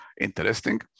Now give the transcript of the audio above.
interesting